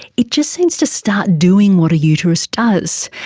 it just seems to start doing what a uterus does.